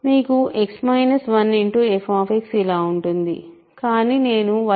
మీకు f ఇలా ఉంటుంది